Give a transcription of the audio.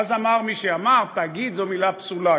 ואז אמר מי שאמר "תאגיד" זו מילה פסולה,